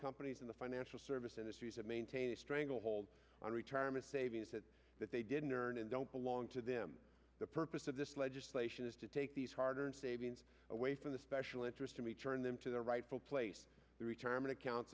companies in the financial service industries that maintain a stranglehold on retirement savings that that they didn't earn and don't belong to them the purpose of this legislation is to take these hard earned savings away from the special interest in return them to their rightful place the retirement accounts